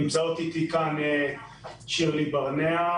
הנהלת הקרן מילאה בתקופה האחרונה את שירותיה,